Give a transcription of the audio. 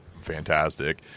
fantastic